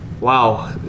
Wow